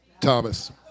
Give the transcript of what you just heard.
Thomas